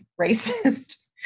racist